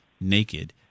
naked